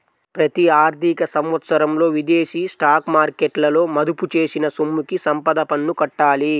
ప్రతి ఆర్థిక సంవత్సరంలో విదేశీ స్టాక్ మార్కెట్లలో మదుపు చేసిన సొమ్ముకి సంపద పన్ను కట్టాలి